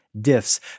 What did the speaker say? diffs